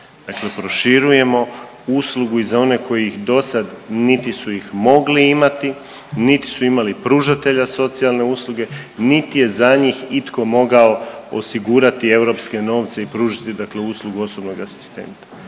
Dakle, proširujemo uslugu i za one koji ih do sad niti su ih mogli imati, niti su imali pružatelja socijalne usluge niti je za njih itko mogao osigurati europske novce i pružiti uslugu osobnog asistenta.